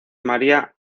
maria